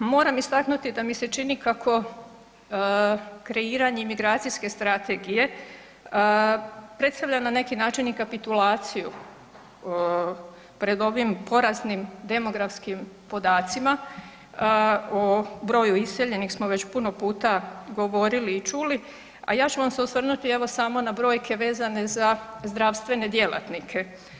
Moramo istaknuti da mi se čini kako kreiranje imigracijske strategije predstavlja na neki način i kapitulaciju pred ovim poraznim demografskim podacima, o broju iseljenih smo već puno puta govorili i čuli a ja ću vam se osvrnuti evo sam na brojke vezane za zdravstvene djelatnike.